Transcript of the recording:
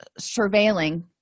surveilling